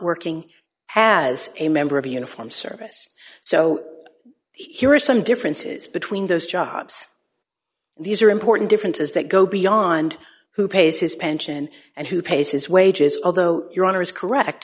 working as a member of uniform service so here are some differences between those jobs these are important differences that go beyond who pays his pension and who pays his wages although your honor is correct